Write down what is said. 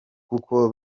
kuko